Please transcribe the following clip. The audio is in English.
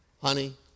Honey